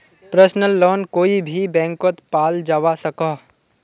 personal loan कोए भी बैंकोत पाल जवा सकोह